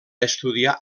estudiar